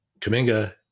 Kaminga –